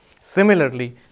Similarly